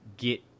get